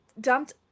dumped